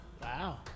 wow